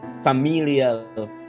familial